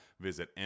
Visit